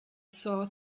saw